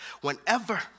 whenever